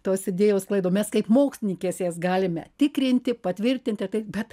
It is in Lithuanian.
tos idėjos sklaido mes kaip mokslininkės jas galime tikrinti patvirtinti tai bet